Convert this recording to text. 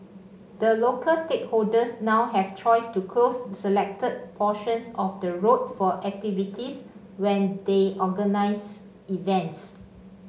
the local stakeholders now have the choice to close selected portions of the road for activities when they organise events